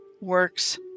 works